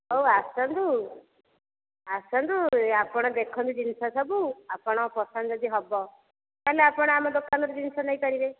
ହଉ ଆସନ୍ତୁ ଆସନ୍ତୁ ଆପଣ ଦେଖନ୍ତୁ ଜିନିଷ ସବୁ ଆପଣଙ୍କ ପସନ୍ଦ ଯଦି ହେବ ତାହେଲେ ଆପଣ ଆମ ଦୋକାନରୁ ଜିନିଷ ନେଇପାରିବେ